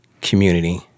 community